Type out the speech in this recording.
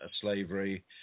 slavery